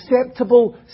acceptable